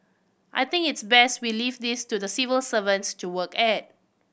I think it's best we leave this to the civil servants to work at